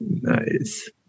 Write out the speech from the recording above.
Nice